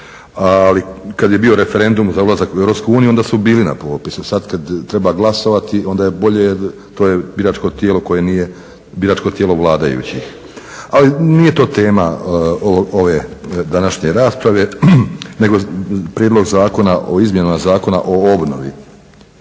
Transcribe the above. ali kad je bio referendum za ulazak u Europsku uniju onda su bili na popisu, sad kad treba glasovati onda je bolje, to je biračko tijelo vladajućih. Ali nije to tema ove današnje rasprave nego Prijedlog zakona o izmjenama Zakona o obnovi